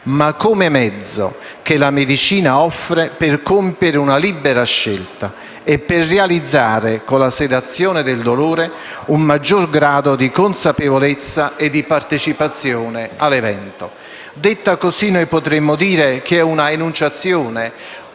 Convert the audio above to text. ma come mezzo che la medicina offre per compiere una libera scelta e per realizzare, con la sedazione del dolore, un maggior grado di consapevolezza e di partecipazione all'evento. Detta così, potremmo dire che è un'enunciazione